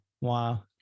wow